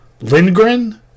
lindgren